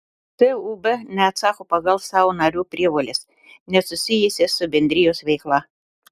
tūb neatsako pagal savo narių prievoles nesusijusias su bendrijos veikla